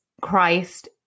Christ